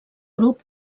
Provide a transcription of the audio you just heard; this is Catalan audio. grup